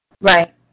Right